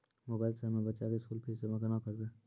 Mobile से हम्मय बच्चा के स्कूल फीस जमा केना करबै?